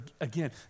again